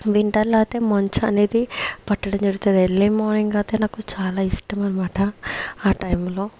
వింటర్లో అయితే మంచు అనేది పట్టడం జరుగుతది ఎర్లీ మార్నింగ్ అయితే నాకు చాలా ఇష్టం అన్నమాట ఆ టైమ్లో